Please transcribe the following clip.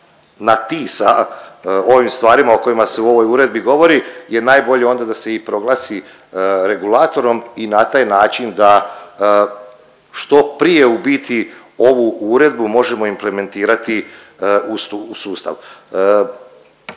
na „ti“ sa ovim stvarima o kojima se u ovoj uredbi govori je najbolje onda da se i proglasi regulatorom i na taj način da što prije u biti ovu uredbu možemo implementirati u sustav.